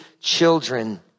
children